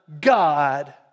God